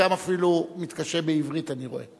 חלקם אפילו מתקשה בעברית, אני רואה.